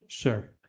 Sure